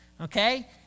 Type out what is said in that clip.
okay